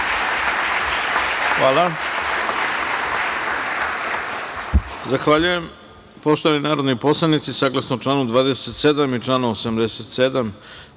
Hvala